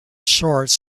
shorts